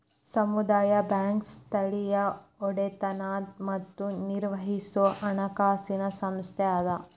ಸಮುದಾಯ ಬ್ಯಾಂಕ್ ಸ್ಥಳೇಯ ಒಡೆತನದ್ ಮತ್ತ ನಿರ್ವಹಿಸೊ ಹಣಕಾಸಿನ್ ಸಂಸ್ಥೆ ಅದ